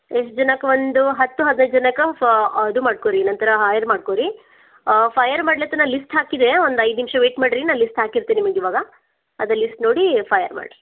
ಎಷ್ಟು ಜನಕ್ಕೆ ಒಂದು ಹತ್ತು ಹದಿನೈದು ಜನಕ್ಕೆ ಫ ಇದು ಮಾಡ್ಕೊರಿ ನಂತರ ಹೈಯರ್ ಮಾಡ್ಕೊರಿ ಫೈರ್ ಮಡ್ಲಾತ್ತ ನಾ ಲಿಸ್ಟ್ ಹಾಕಿದ್ದೆ ಒಂದು ಐದು ನಿಮಿಷ ವೈಟ್ ಮಾಡಿರಿ ನಾನು ಲಿಸ್ಟ್ ಹಾಕೀರ್ತಿನಿ ನಿಮ್ಗೆ ಇವಾಗ ಅದು ಲಿಸ್ಟ್ ನೋಡಿ ಫೈರ್ ಮಾಡಿರಿ